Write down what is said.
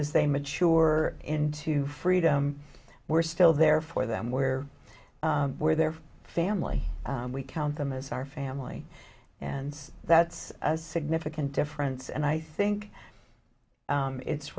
as they mature into freedom we're still there for them where were their family we count them as our family and that's a significant difference and i think it's